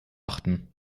achten